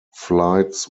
flights